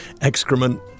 Excrement